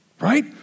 Right